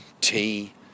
tea